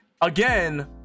Again